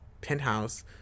penthouse